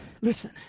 Listen